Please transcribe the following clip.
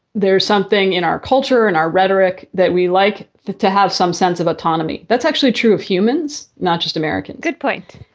there's something in our culture and our rhetoric that we like to have some sense of autonomy. that's actually true of humans, not just american. good point.